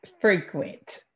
frequent